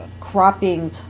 cropping